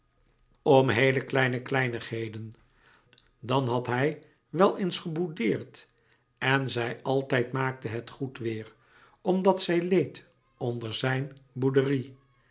om heele kleine kleinigheden dan had hij wel eens geboudeerd en zij altijd maakte het goed weêr omdat zij leed onder zijn bouderie